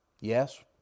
Yes